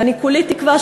ואני כולי תקווה,